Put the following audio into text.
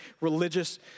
religious